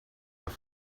have